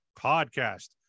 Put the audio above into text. podcast